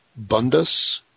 Bundus